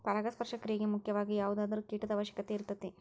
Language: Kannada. ಪರಾಗಸ್ಪರ್ಶ ಕ್ರಿಯೆಗೆ ಮುಖ್ಯವಾಗಿ ಯಾವುದಾದರು ಕೇಟದ ಅವಶ್ಯಕತೆ ಇರತತಿ